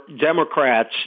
Democrats